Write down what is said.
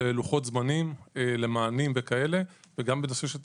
לוחות זמנים למענים וכאלה וגם בנושא של תקציבים.